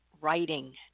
writing